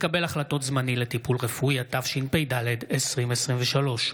התשפ"ד 2023,